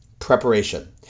Preparation